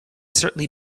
certainly